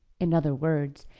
in other words,